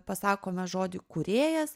pasakome žodį kūrėjas